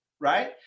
right